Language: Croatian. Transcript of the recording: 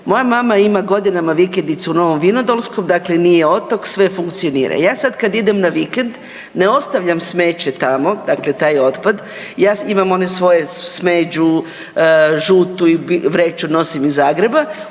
Moja mama ima godinama vikendicu u Novom Vinodolskom, dakle nije otok, sve funkcionira. Ja sad kad idem na vikend ne ostavljam smeće tamo, dakle taj otpad, ja imam onu svoju smeđu i žutu vreću nosim iz Zagreba,